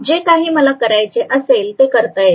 जे काही मला करायचे असेल ते करता येते